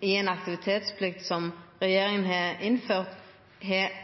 i ei aktivitetsplikt som regjeringa har innført, har